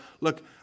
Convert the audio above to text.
look